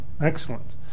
Excellent